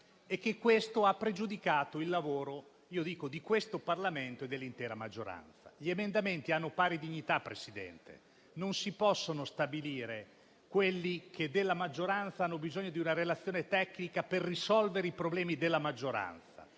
che questo ha pregiudicato il lavoro del Parlamento e dell'intera maggioranza. Gli emendamenti hanno pari dignità, signor Presidente; non si possono stabilire quali tra quelli della maggioranza abbiano bisogno di una relazione tecnica per risolvere i problemi della maggioranza